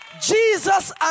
Jesus